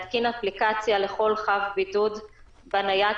להתקין אפליקציה לכל חב בידוד בנייד